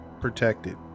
protected